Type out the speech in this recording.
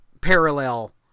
parallel